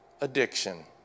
addiction